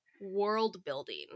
world-building